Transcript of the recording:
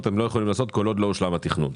הם לא יכולים לעשות כל עוד הושלם התכנון?